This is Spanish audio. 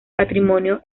patrimonio